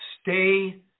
Stay